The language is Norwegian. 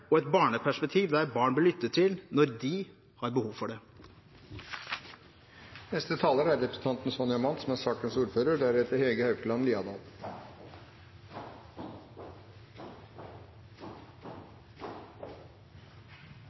og et barneperspektiv der barn blir lyttet til når de har behov for det. Det at komiteen er blitt enig om så mange forslag, er